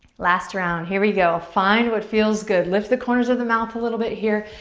last round, here we go. find what feels good. lift the corners of the mouth a little bit here.